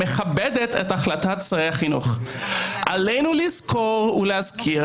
המכבדת את החלטת שרי החינוך: עלינו לזכור ולהזכיר